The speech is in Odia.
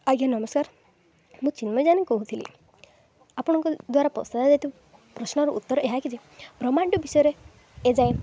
ଆଜ୍ଞା ନମସ୍କାର ମୁଁ ଚିନ୍ମୟୀ ଯାନୀ କହୁଥିଲି ଆପଣଙ୍କ ଦ୍ୱାରା ପଚରା ଯାଇଥିବା ପ୍ରଶ୍ନର ଉତ୍ତର ଏହା କିି ଯେ ବ୍ରହ୍ମାଣ୍ଡ ବିଷୟରେ ଏଯାଏଁ